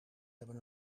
hebben